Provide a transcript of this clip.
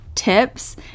tips